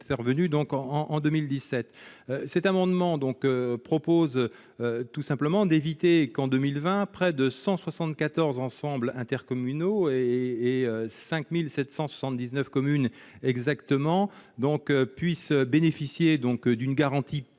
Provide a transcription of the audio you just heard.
intervenu en 2017. Cet amendement vise donc à faire en sorte qu'en 2020 près de 174 ensembles intercommunaux et 5 779 communes puissent bénéficier d'une garantie